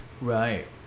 Right